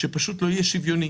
שפשוט לא יהיה שוויוני.